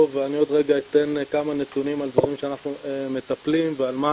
ואני עוד רגע אתן כמה נתונים על דברים שאנחנו מטפלים ועל מה